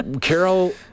Carol